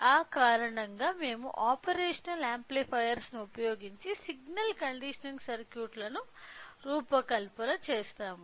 ఆ కారణంగా మేము ఆపరేషనల్ యాంప్లిఫైయర్లను ఉపయోగించి సిగ్నల్ కండిషనింగ్ సర్క్యూట్లను రూపకల్పన చేస్తాము